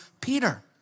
Peter